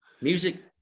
music